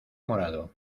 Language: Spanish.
morado